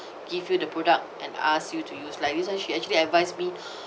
give you the product and ask you to use like this [one] she actually advise me